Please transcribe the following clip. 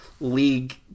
league